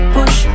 Push